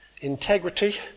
integrity